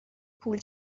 پول